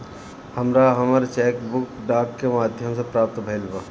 हमरा हमर cheque book डाक के माध्यम से प्राप्त भईल बा